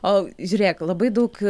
o žiūrėk labai daug